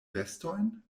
vestojn